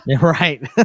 Right